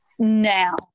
now